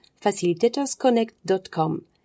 facilitatorsconnect.com